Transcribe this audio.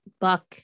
buck